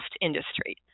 industry